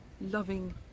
loving